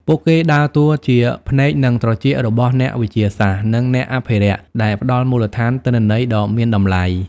ពួកគេដើរតួជា ភ្នែក និងត្រចៀក របស់អ្នកវិទ្យាសាស្ត្រ និងអ្នកអភិរក្ស ដែលផ្តល់មូលដ្ឋានទិន្នន័យដ៏មានតម្លៃ។